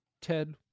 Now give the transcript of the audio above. ted